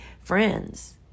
friends